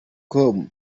com